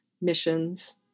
missions